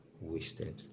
wasted